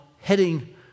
heading